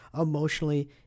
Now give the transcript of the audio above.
emotionally